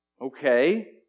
Okay